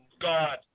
God